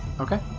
okay